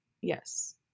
Yes